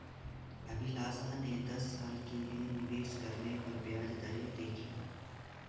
अभिलाषा ने दस साल के लिए निवेश करने पर ब्याज दरें देखी